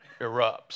erupts